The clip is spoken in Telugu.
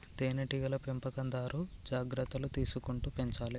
తేనె టీగల పెంపకందారు జాగ్రత్తలు తీసుకుంటూ పెంచాలే